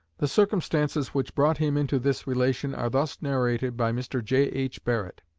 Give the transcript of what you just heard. the circumstances which brought him into this relation are thus narrated by mr. j h. barrett